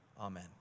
Amen